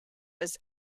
was